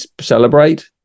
celebrate